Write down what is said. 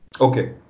Okay